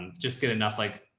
just get enough, like.